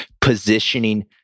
positioning